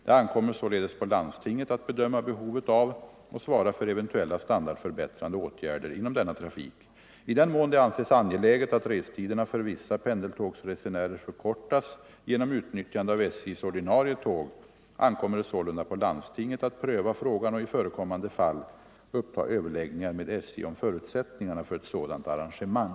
Det ankommer således på landstinget att bedöma behovet av och svara för eventuella standardförbättrande åtgärder inom denna trafik. I den mån det anses angeläget att restiderna för vissa pendeltågsresenärer förkortas genom utnyttjande av SJ:s ordinarie tåg, ankommer det sålunda på landstinget att pröva frågan och i förekommande fall uppta överläggningar med SJ om förutsättningarna för ett sådant arrangemang.